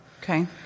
Okay